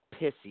pissy –